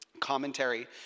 commentary